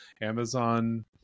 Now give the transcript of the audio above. amazon